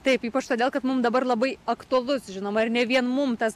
taip ypač todėl kad mum dabar labai aktualus žinoma ir ne vien mum tas